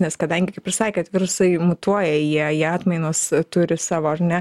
nes kadangi kaip ir sakėt virusai mutuoja jie jie atmainos turi savo ar ne